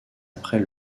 après